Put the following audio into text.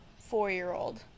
four-year-old